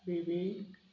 बिबीक